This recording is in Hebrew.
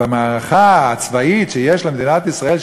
במערכה הצבאית שיש למדינת ישראל,